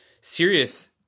serious